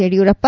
Yediyurappa